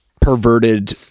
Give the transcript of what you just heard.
perverted